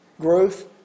Growth